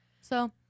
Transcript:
So-